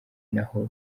naho